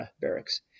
Barracks